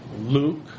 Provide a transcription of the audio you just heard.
Luke